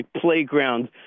playground